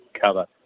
cover